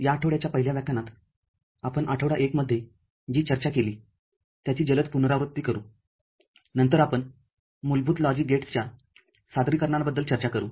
या आठवड्याच्या पहिल्या व्याख्यानात आपण आठवडा १ मध्ये जी चर्चा केली त्याची जलद पुनरावृत्ती करूनंतर आपण मूलभूत लॉजिकगेट्सच्या सादरीकरनांबद्दल चर्चा करू